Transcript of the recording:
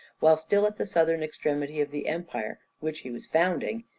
while still at the southern extremity of the empire which he was founding,